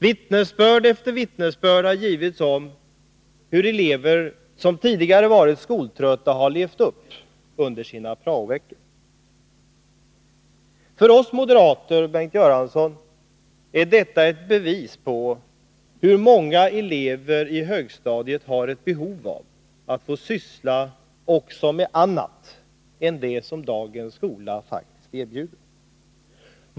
Vittnesbörd efter vittnesbörd har givits om hur elever som tidigare varit skoltrötta har levt upp under sina prao-veckor. För oss moderater, Bengt Göransson, är detta ett bevis på hur många elever i högstadiet har ett behov av att få syssla också med annat än det som dagens skola faktiskt erbjuder.